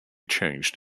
changed